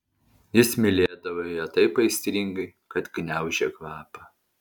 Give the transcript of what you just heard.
jis mylėdavo ją taip aistringai kad gniaužė kvapą